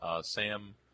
Sam